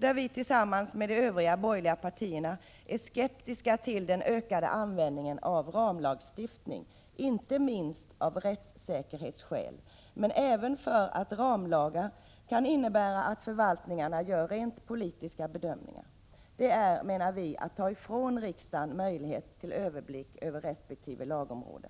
Vi är tillsammans med de övriga borgerliga partierna skeptiska till den ökade användningen av ramlagstiftning — inte minst av rättssäkerhetsskäl, men även till att ramlagar kan innebära att förvaltningarna gör rent politiska bedömningar. Vi menar att detta är att ta ifrån riksdagen möjligheten till överblick över resp. lagområde.